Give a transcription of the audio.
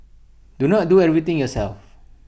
do not do everything yourself